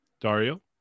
Dario